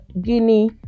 guinea